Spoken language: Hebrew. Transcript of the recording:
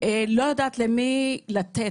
לא יודעת למי לתת.